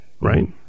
right